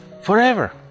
forever